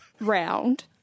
round